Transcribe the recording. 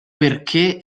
perché